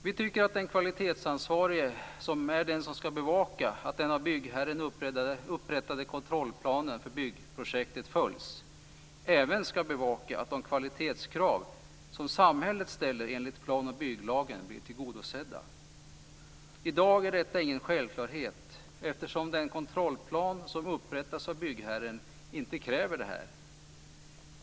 Vi tycker att den kvalitetsansvarige, som är den som ska bevaka att den av byggherren upprättade kontrollplanen för byggprojektet följs, även ska bevaka att de kvalitetskrav som samhället ställer enligt plan och bygglagen blir tillgodosedda. I dag är detta ingen självklarhet, eftersom den kontrollplan som upprättas av byggherren inte kräver detta.